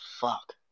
fuck